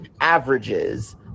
averages